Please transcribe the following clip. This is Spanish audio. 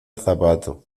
zapato